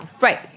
Right